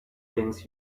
things